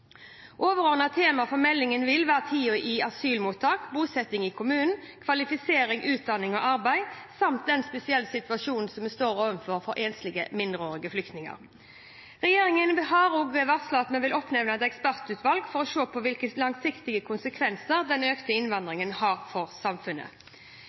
for meldingen vil være tida i asylmottak, bosetting i kommuner, kvalifisering, utdanning og arbeid samt den spesielle situasjonen vi står overfor med tanke på enslige mindreårige flyktninger. Regjeringen har også varslet at vi vil oppnevne et ekspertutvalg for å se på hvilke langsiktige konsekvenser den økte innvandringen har for samfunnet.